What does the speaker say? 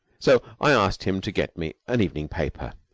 so i asked him to get me an evening paper.